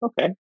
okay